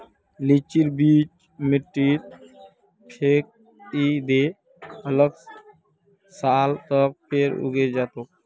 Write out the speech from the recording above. लीचीर बीज मिट्टीत फेकइ दे, अगला साल तक पेड़ उगे जा तोक